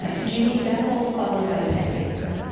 ah jimmy bethel followed by ken baker.